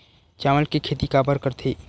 चावल के खेती काबर करथे?